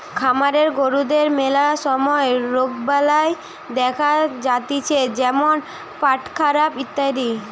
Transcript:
খামারের গরুদের ম্যালা সময় রোগবালাই দেখা যাতিছে যেমন পেটখারাপ ইত্যাদি